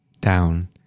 down